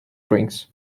drinks